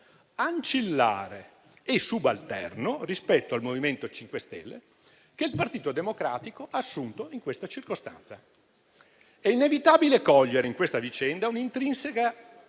ancillare e subalterno rispetto al MoVimento 5 Stelle che il Partito Democratico ha assunto in questa circostanza. È inevitabile cogliere in questa vicenda un'intrinseca